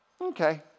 okay